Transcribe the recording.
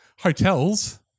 Hotels